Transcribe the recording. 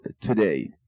today